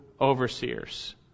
overseers